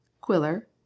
Quiller